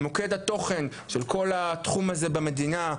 מוקד התוכן של כל התחום הזה במדינה,